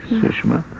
sushma.